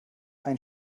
ein